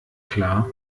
klar